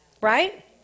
Right